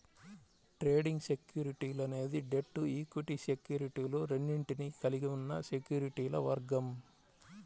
trading సెక్యూరిటీలు అనేది debt, equity సెక్యూరిటీలు రెండింటినీ కలిగి ఉన్న సెక్యూరిటీల వర్గం